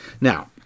Now